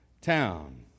town